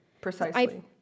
precisely